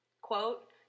quote